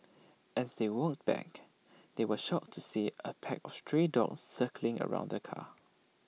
as they walked back they were shocked to see A pack of stray dogs circling around the car